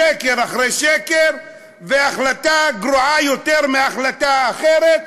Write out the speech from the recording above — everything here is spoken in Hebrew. שקר אחרי שקר והחלטה גרועה יותר מהחלטה אחרת,